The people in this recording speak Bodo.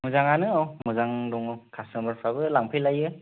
मोजाङानो औ मोजां दङ कास्तोमारफ्राबो लांफैलायो